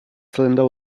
cylinder